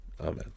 Amen